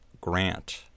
grant